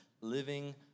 living